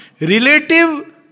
relative